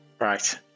Right